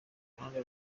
ruhande